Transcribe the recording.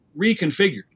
reconfigured